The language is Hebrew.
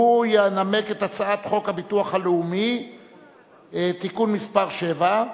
הוא ינמק את הצעת חוק הביטוח הלאומי (תיקון מס' 7)